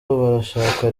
barashaka